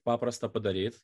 paprasta padaryt